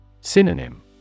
Synonym